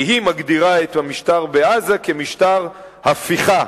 כי היא מגדירה את המשטר בעזה משטר הפיכה,